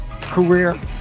career